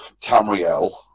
Tamriel